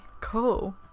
cool